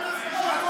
בבקשה.